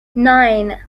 nine